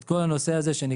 את כל הנושא של הסברה,